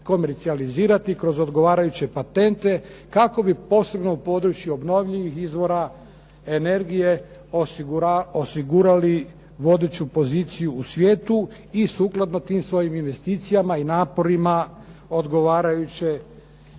komercijalizirati kroz odgovarajuće patentne kako bi posebno u području obnovljivih izvora energije osigurali vodeću poziciju u svijetu i sukladno tim svojim investicijama i naporima odgovarajuće